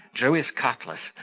drew his cutlass,